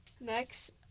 Next